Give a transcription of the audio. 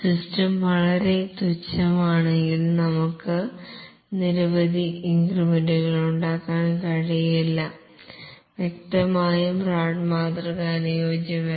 system വളരെ തുച്ഛമാണെങ്കിൽ ഞങ്ങൾക്ക് നിരവധി ഇൻക്രിമെന്റുകൾ ഉണ്ടാകാൻ കഴിയില്ല വ്യക്തമായും റാഡ് മാതൃക അനുയോജ്യമല്ല